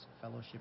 Fellowship